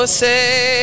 say